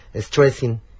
stressing